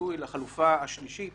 ביטוי לחלופה השלישית